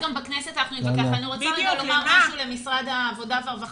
אני רוצה לומר משהו למשרד העבודה והרווחה